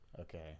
Okay